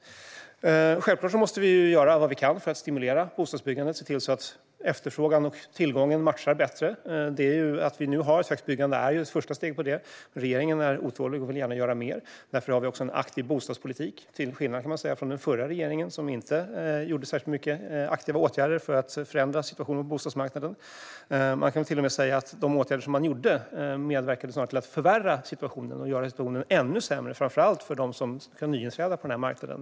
Självklart måste vi göra vad vi kan för att stimulera bostadsbyggandet. Vi måste se till att efterfrågan och tillgången matchar bättre. Att vi nu har ett högt byggande är ett första steg på den vägen. Regeringen är otålig och vill gärna göra mer. Därför har vi en aktiv bostadspolitik, till skillnad från den förra regeringen som inte vidtog särskilt många aktiva åtgärder för att förändra situationen på bostadsmarknaden. Man kan till och med säga att de åtgärder som då vidtogs snarare medverkade till att förvärra situationen och göra den ännu sämre, framför allt för nytillträdda på marknaden.